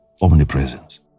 omnipresence